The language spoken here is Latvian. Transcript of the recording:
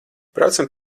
braucam